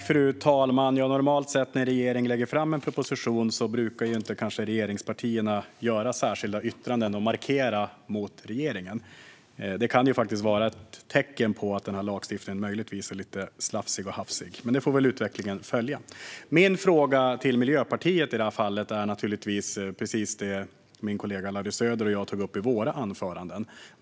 Fru talman! Normalt sett när regeringen lägger fram en proposition brukar kanske inte regeringspartierna göra särskilda yttranden och markera mot regeringen. Det kan faktiskt vara ett tecken på att den här lagstiftningen möjligtvis är lite slafsig och hafsig, men vi får väl följa utvecklingen. Min fråga till Miljöpartiet handlar naturligtvis om precis det som min kollega Larry Söder och jag tog upp i våra anföranden.